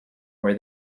where